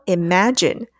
imagine